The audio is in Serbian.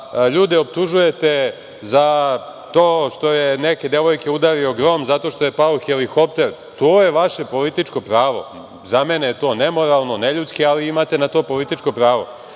ljude optužujete za to što je neke devojke udario grom, zato što je pao helikopter, to je vaše političko pravo. Za mene je to nemoralno, ne ljudski, ali imate na to političko pravo.